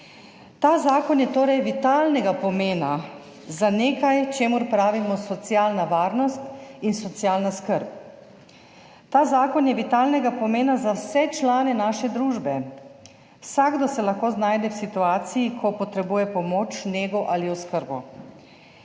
Ta zakon je torej vitalnega pomena za nekaj, čemur pravimo socialna varnost in socialna skrb. Ta zakon je vitalnega pomena za vse člane naše družbe. Vsakdo se lahko znajde v situaciji, ko potrebuje pomoč, nego ali oskrbo,